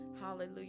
hallelujah